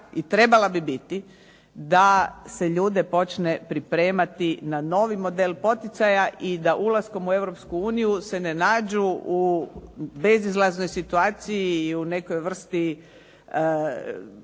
i trebala bi biti da se ljude počne pripremati na novi model poticaja i da ulaskom u Europsku uniju se ne nađu u bezizlaznoj situaciji i u nekoj vrsti skoka